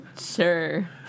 Sure